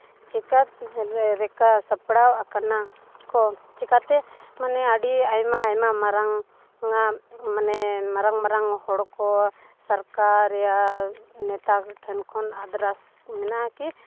ᱪᱮᱠᱟ ᱨᱮ ᱞᱮᱠᱟ ᱥᱟᱯᱲᱟᱣ ᱟᱠᱟᱱᱟ ᱠᱚ ᱪᱤᱠᱟᱹᱛᱮ ᱢᱟᱱᱮ ᱟᱹᱰᱤ ᱟᱭᱢᱟ ᱟᱭᱢᱟ ᱢᱟᱨᱟᱝ ᱟᱜ ᱢᱟᱱᱮ ᱢᱟᱨᱟᱝ ᱢᱟᱨᱟᱝ ᱦᱚᱲ ᱠᱚ ᱥᱚᱨᱠᱟᱨᱮᱭᱟᱜ ᱱᱮᱛᱟ ᱴᱷᱮᱱ ᱠᱷᱚᱱ ᱟᱫᱨᱟᱥ ᱢᱮᱱᱟᱜᱼᱟ ᱠᱤ